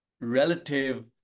relative